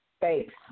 Thanks